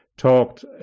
talked